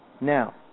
Now